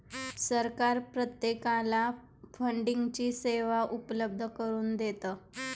सरकार प्रत्येकाला फंडिंगची सेवा उपलब्ध करून देतं